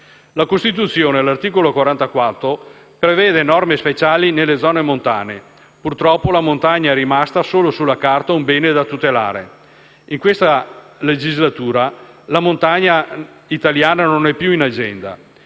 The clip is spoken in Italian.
La Costituzione, all'articolo 44, prevede norme speciali sulle zone montane, ma purtroppo la montagna è rimasta solo sulla carta un bene da tutelare. In questa legislatura la montagna italiana non è più in agenda: